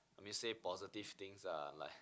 I mean say positive things are like